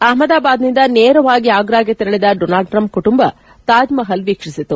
ಅಪಮದಾಬಾದ್ನಿಂದ ನೇರವಾಗಿ ಆಗ್ರಾಗೆ ತೆರಳಿದ ಡೊನಾಲ್ಡ್ ಟ್ರಂಪ್ ಕುಟುಂಬ ತಾಜ್ಮಹಲ್ ವೀಕ್ಷಿಸಿದರು